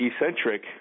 eccentric